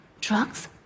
drugs